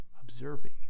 observing